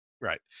Right